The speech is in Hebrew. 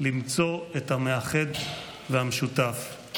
למצוא את המאחד והמשותף.